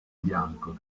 bianco